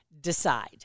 decide